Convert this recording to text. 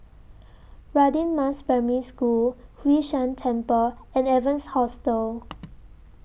Radin Mas Primary School Hwee San Temple and Evans Hostel